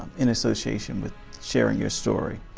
in association with sharing your story,